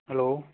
hello